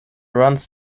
runs